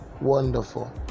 wonderful